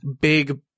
big